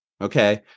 Okay